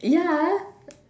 ya